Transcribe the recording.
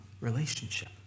relationship